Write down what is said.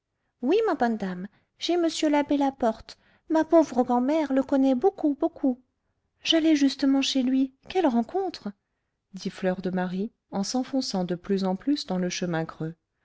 oui ma bonne dame chez m l'abbé laporte ma pauvre grand'mère le connaît beaucoup beaucoup j'allais justement chez lui quelle rencontre dit fleur de marie en s'enfonçant de plus en plus dans le chemin creux